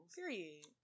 Period